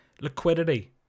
Liquidity